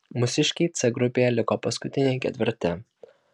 mūsiškiai c grupėje liko paskutiniai ketvirti